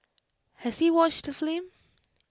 has he watched the film